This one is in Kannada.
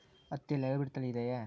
ಹತ್ತಿಯಲ್ಲಿ ಹೈಬ್ರಿಡ್ ತಳಿ ಇದೆಯೇ?